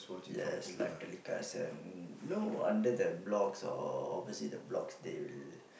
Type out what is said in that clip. yes live telecast and no under the blocks or opposite the blocks they'll